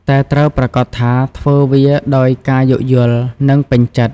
តែត្រូវប្រាកដថាធ្វើវាដោយការយោគយល់ និងពេញចិត្ត។